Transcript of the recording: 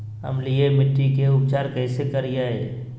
अम्लीय मिट्टी के उपचार कैसे करियाय?